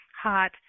hot